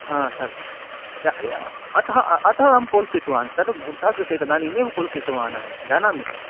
हा सर् या या अतः अतः अहं पोन् कृतवान् सर् भवतः कृते तदानीमेव कोल् कृतवान् जानामि सर्